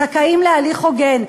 זכאים להליך הוגן,